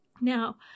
Now